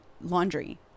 laundry